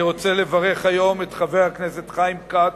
אני רוצה לברך היום את חבר הכנסת חיים כץ,